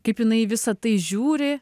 kaip jinai į visą tai žiūri